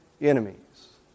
enemies